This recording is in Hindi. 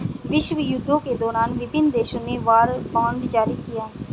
विश्वयुद्धों के दौरान विभिन्न देशों ने वॉर बॉन्ड जारी किया